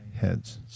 heads